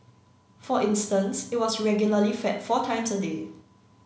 for instance it was regularly fed four times a day